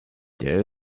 there